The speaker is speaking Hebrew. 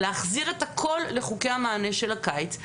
להחזיר את הכול לחוקי המענה של הקיץ,